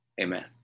amen